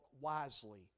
wisely